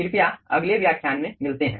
कृप्या अगले व्याख्यान में मिलते हैं